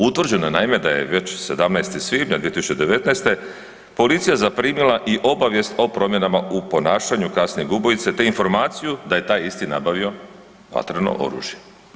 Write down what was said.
Utvrđeno je naime da je već 17. svibnja 2019. policija zaprimila i obavijest o promjenama u ponašanju kasnijeg ubojice, te informaciju da je taj isti nabavio vatreno oružje.